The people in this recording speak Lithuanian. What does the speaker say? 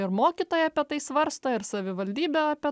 ir mokytojai apie tai svarsto ir savivaldybė apie